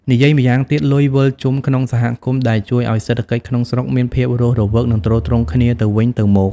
និយាយម្យ៉ាងទៀត លុយវិលជុំក្នុងសហគមន៍ ដែលជួយឲ្យសេដ្ឋកិច្ចក្នុងស្រុកមានភាពរស់រវើក និងទ្រទ្រង់គ្នាទៅវិញទៅមក។